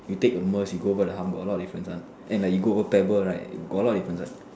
you take a Merce you go over the hump got a lot of difference one and like you go over pebble right got a lot of difference one